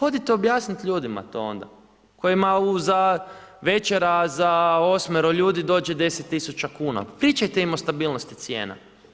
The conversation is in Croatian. Odite objasniti ljudima to onda kojima večera za 8.-ero ljudi do 10 tisuća kuna, pričajte im o stabilnosti cijena.